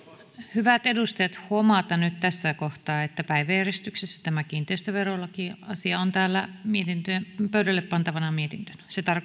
hyvät edustajat huomautan nyt tässä kohtaa että päiväjärjestyksessä tämä kiinteistöverolakiasia on täällä pöydälle pantavana mietintönä se tarkoittaa sitä